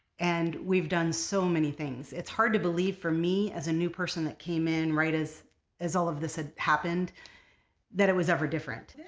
and we've done so many things. it's hard to believe for me as a new person that came in right as as all of this had happened that it was ever different.